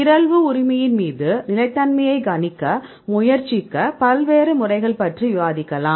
பிறழ்வு உரிமையின் மீது நிலைத்தன்மையை கணிக்க முயற்சிக்க பல்வேறு முறைகள் பற்றி விவாதிக்கலாம்